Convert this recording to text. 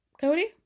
Cody